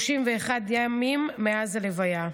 31 ימים מאז הלוויה.